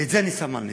ואת זה אני שם על נס.